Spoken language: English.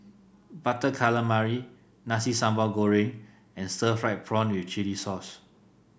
Butter Calamari Nasi Sambal Goreng and Stir Fried Prawn with Chili Sauce